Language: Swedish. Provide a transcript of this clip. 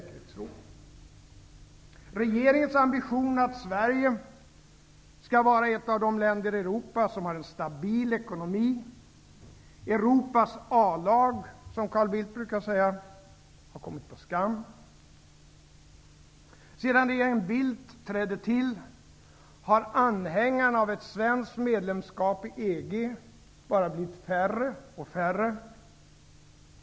Regeringens ambition att Sverige skall vara ett av de länder i Europa som har en stabil ekonomi -- Europas A-lag, som Carl Bildt brukar säga -- har kommit på skam. -- Sedan regeringen Bildt tillträdde har anhängarna av ett svenskt medlemskap i EG bara blivit färre och färre.